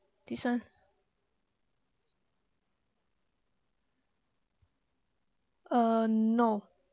this one uh no